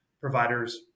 providers